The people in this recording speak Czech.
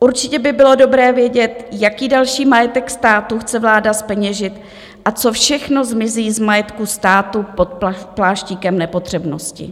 Určitě by bylo dobré vědět, jaký další majetek státu chce vláda zpeněžit a co všechno zmizí z majetku státu pod pláštíkem nepotřebnosti.